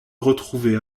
retrouvé